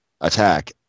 attack